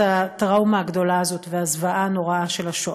הטראומה הגדולה הזאת והזוועה הנוראה של השואה.